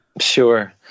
Sure